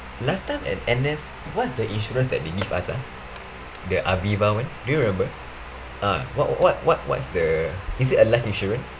last time at N_S what's the insurance that they give us ah the aviva one do you remember uh what what what what what's the is it a life insurance